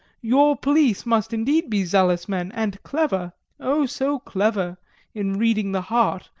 your police must indeed be zealous men and clever oh, so clever in reading the heart,